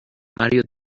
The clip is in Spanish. mario